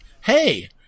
hey